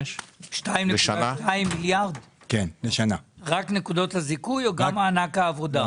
רק נקודות הזיכוי או גם מענק העבודה?